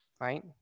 Right